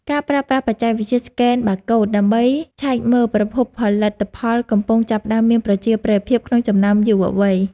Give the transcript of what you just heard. ការប្រើប្រាស់បច្ចេកវិទ្យាស្កេនបាកូដដើម្បីឆែកមើលប្រភពផលិតផលកំពុងចាប់ផ្តើមមានប្រជាប្រិយភាពក្នុងចំណោមយុវវ័យ។